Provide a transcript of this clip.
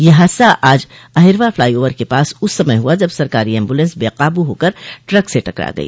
यह हादसा आज अहिरवा फ्लाई ओवर के पास उस समय हुआ जब सरकारी एम्बुलेंस बेकाबू होकर ट्रक से टकरा गई